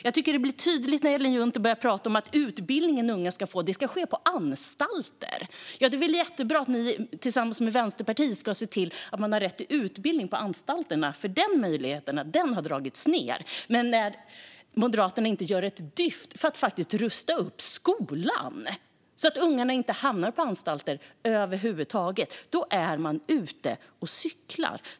Jag tycker att det blir tydligt när Ellen Juntti börjar prata om att den utbildning unga ska få ska ske på anstalter. Det är jättebra att Moderaterna tillsammans med Vänsterpartiet ska se till att det ges rätt till utbildning på anstalterna, för denna möjlighet har det dragits ned på, men Moderaterna gör inte ett dyft för att rusta upp skolan så att ungarna inte hamnar på anstalt över huvud taget. Då är man ute och cyklar.